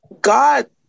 God